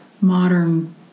modern